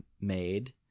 made